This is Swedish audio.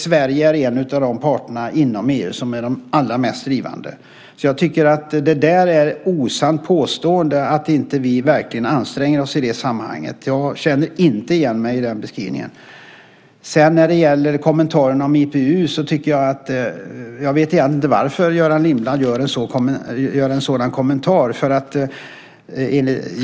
Sverige är en av de parter inom EU som är allra mest drivande. Jag tycker att det är ett osant påstående att vi inte anstränger oss i det sammanhanget. Jag känner inte igen mig i den beskrivningen. Kommentaren om IPU förstår jag inte varför Göran Lindblad gör.